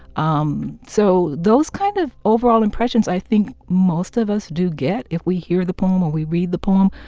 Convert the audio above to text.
um so those kind of overall impressions i think most of us do get if we hear the poem or we read the poem.